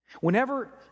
Whenever